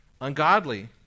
ungodly